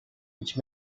which